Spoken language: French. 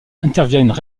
interviennent